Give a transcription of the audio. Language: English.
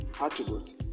attributes